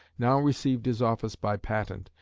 now received his office by patent,